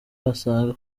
basanga